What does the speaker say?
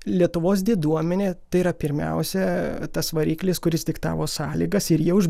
lietuvos diduomenė tai yra pirmiausia tas variklis kuris diktavo sąlygas ir jau